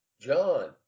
John